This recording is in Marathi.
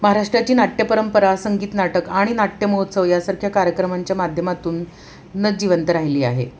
महाराष्ट्राची नाट्य परंपरा संगीत नाटक आणि नाट्य महोत्सव यासारख्या कार्यक्रमांच्या माध्यमातून न जीवंत राहिली आहे